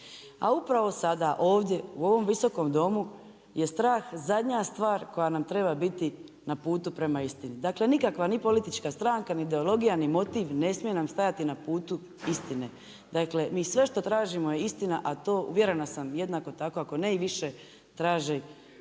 A upravo sada ovdje u ovom visokom domu je strah zadnja stvar koja nam treba biti na putu prema istina, dakle nikakva ni politička stranka, ni ideologija, ni motiv ne smije nam stajati na putu istine. Dakle mi sve što tražimo je istina, a to uvjerena sam jednako tako ako ne i više traže građani